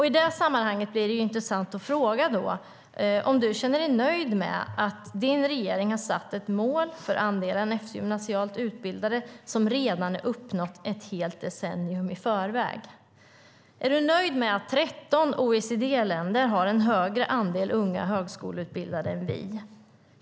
I det sammanhanget är det intressant att fråga om du känner dig nöjd med att din regering har satt ett mål för andelen eftergymnasialt utbildade som redan är uppnått ett helt decennium i förväg. Är du nöjd med att 13 OECD-länder har en högre andel unga högskoleutbildade än vi?